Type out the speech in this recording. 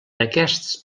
aquests